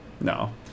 No